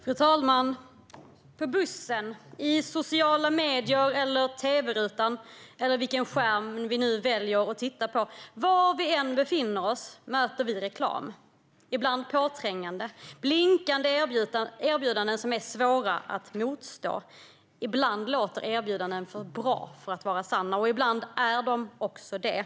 Fru talman! På bussen, i sociala medier, i tv-rutan eller vilken skärm vi nu väljer att titta på - var vi än befinner oss möter vi reklam. Ibland är den påträngande med blinkande erbjudanden som är svåra att motstå. Ibland låter erbjudandena för bra för att vara sanna, och ibland är de också det.